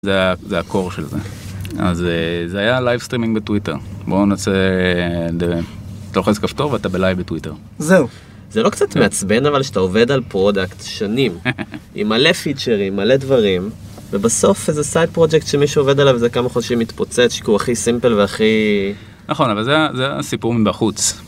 זה הקור של זה, אז זה היה לייבסטרימינג בטוויטר, בואו נעשה, אתה לוחץ כפתור ואתה בליי בטוויטר. זהו. זה לא קצת מעצבן אבל שאתה עובד על פרודקט שנים, עם מלא פיצ'רים, מלא דברים, ובסוף איזה סייד פרוג'קט שמישהו עובד עליו וזה כמה חודשים מתפוצץ, שזה הכי סימפל והכי... נכון, אבל זה הסיפור מבחוץ.